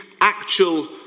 actual